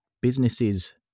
businesses